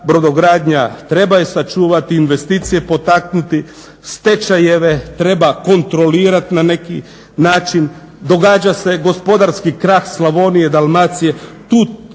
treba je sačuvati, investicije potaknuti, stečajeve treba kontrolirati na neki način. Događa se gospodarski krah Slavonije, Dalmacije.